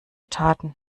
taten